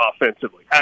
offensively